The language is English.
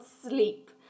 sleep